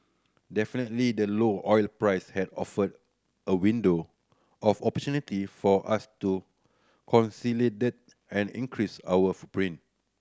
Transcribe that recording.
definitely the low oil price had offered a window of opportunity for us to consolidate and increase our footprint